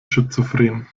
schizophren